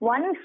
One